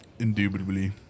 Indubitably